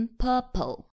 purple